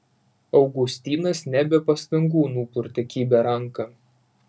augustinas ne be pastangų nupurtė kibią ranką